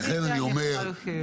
אני מעדיפה דרכון ולא ויזה לארה"ב.